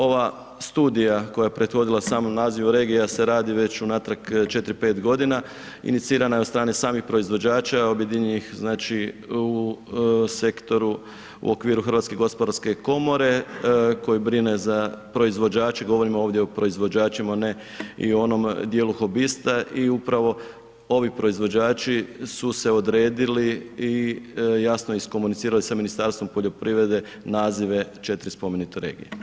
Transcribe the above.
Ova studija koja je pretvorila sam naziv regija se radi radi već unatrag 4, 5 g., inicirana je od strane samih proizvođača, objedinjenih u sektoru u okviru HGK-a koji brine za proizvođače, govorimo ovdje o proizvođačima a ne o onom djelu hobista i upravo ovim proizvođači su se odredili i jasno iskomunicirali sa Ministarstvom poljoprivrede nazive 4 spomenute regije.